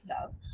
love